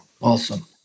awesome